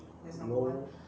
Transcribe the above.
no